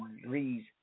degrees